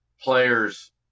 players